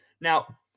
Now